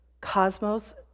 cosmos